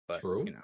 True